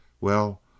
Well